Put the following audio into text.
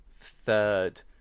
third